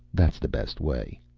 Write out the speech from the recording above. that's the best way.